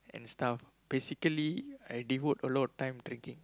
and stuff basically I devote a lot of time taking